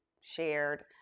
shared